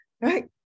right